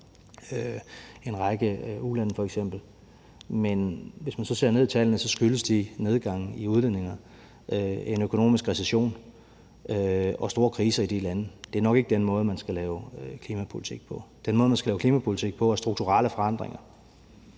en række ulande. Men hvis man så ser ned i tallene, skyldes de nedgange i udledningerne en økonomisk recession og store kriser i de lande. Det er nok ikke den måde, man skal lave klimapolitik på. Den måde, man skal lave klimapolitik på, er strukturelle forandringer